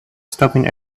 stopping